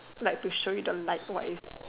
like to show you the likewise